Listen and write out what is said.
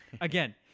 Again